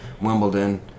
Wimbledon